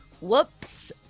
whoops